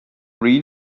read